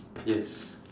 yes